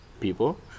people